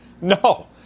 No